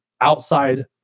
outside